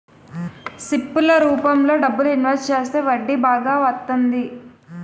SIP ల రూపంలో డబ్బులు ఇన్వెస్ట్ చేస్తే వడ్డీ బాగా వత్తంది